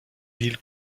ville